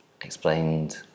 explained